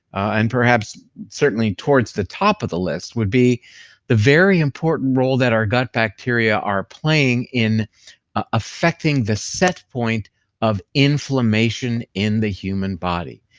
and perhaps certainly towards the top of the list would be the very important role that our gut bacteria are playing in affecting the setpoint of inflammation in the human body.